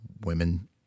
women